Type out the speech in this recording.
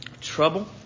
trouble